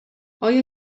آیا